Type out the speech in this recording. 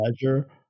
pleasure